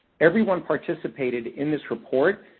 everyone participated in this report.